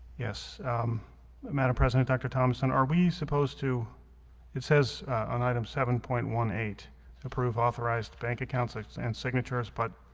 yes madam president dr. thomson are we supposed to it says on item seven point one eight to prove authorized bank accounts and signatures, but